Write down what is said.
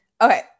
Okay